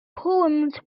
poems